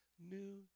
New